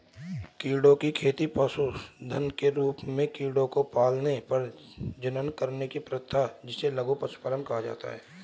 कीड़ों की खेती पशुधन के रूप में कीड़ों को पालने, प्रजनन करने की प्रथा जिसे लघु पशुधन कहा जाता है